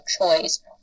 choice